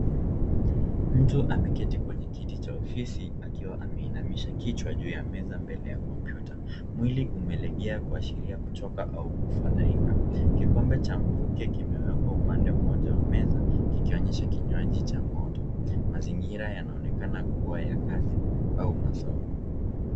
Mtu ameketi kwenye kiti cha ofisi akiwa ameinamisha kichwa juu ya meza mbele ya kompyuta. Mwili umelegea kuashiria kuchoka au kufadhaika. Kikombe cha mvuke kimewekwa upande mmoja wa meza kikionyesha kinywaji cha moto. Mazingira yanaonekana kuwa ya kazi au masomo.